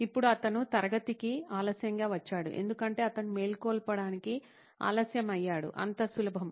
ఇప్పుడు అతను తరగతికి ఆలస్యంగా వచ్చాడు ఎందుకంటే అతను మేల్కొలపడానికి ఆలస్యం అయ్యాడు అంత సులభం